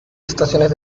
estaciones